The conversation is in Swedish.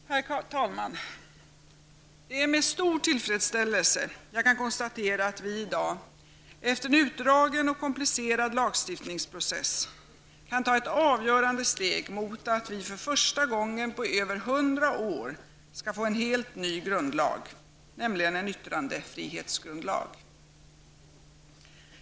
Herr talman! Det är med stor tillfredsställelse som jag kan konstatera att vi i dag, efter en utdragen och komplicerad lagstiftningsprocess, kan ta ett avgörande steg mot en för första gången på över hundra år helt ny grundlag, nämligen en yttrandefrihetsgrundlag!